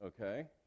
okay